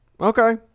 Okay